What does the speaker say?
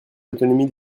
l’autonomie